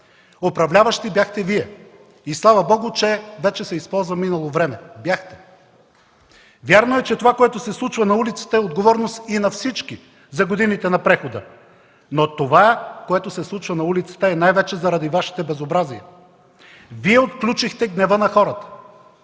Управляващи бяхте Вие. Слава Богу, че вече се използва минало време – бяхте! Вярно е, че това, което се случва на улицата, е отговорност на всички за годините на прехода, но това, което се случва на улицата, е най-вече заради Вашите безобразия. Вие отключихте гнева на хората.